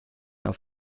auf